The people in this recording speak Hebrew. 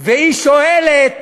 והיא שואלת